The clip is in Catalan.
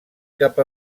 cap